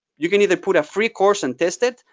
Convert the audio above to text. you can either put a free course and test it.